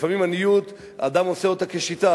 לפעמים עוני, אדם עושה אותו כשיטה.